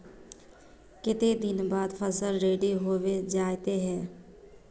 केते दिन बाद फसल रेडी होबे जयते है?